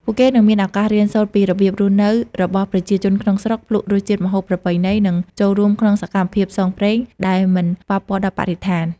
ពួកគេនឹងមានឱកាសរៀនសូត្រពីរបៀបរស់នៅរបស់ប្រជាជនក្នុងស្រុក ភ្លក់រសជាតិម្ហូបប្រពៃណី និងចូលរួមក្នុងសកម្មភាពផ្សងព្រេងដែលមិនប៉ះពាល់ដល់បរិស្ថាន។